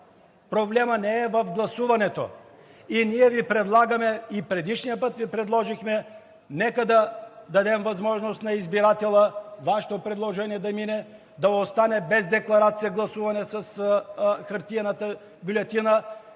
Проблемът не е в гласуването. И ние Ви предлагаме – и предишния път Ви предложихме, нека да дадем възможност на избирателя Вашето предложение да мине, да остане без декларация гласуване с хартиената бюлетина,